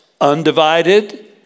undivided